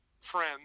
friends